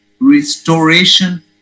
Restoration